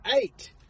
eight